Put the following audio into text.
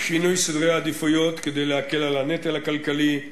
1. שינוי סדרי העדיפויות כדי להקל את הנטל הכלכלי,